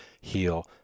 heal